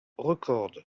records